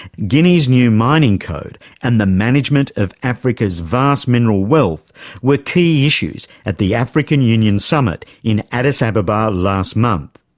guinea's new mining code and the management of africa's vast mineral wealth were key issues at the african union summit in addis ababa last month.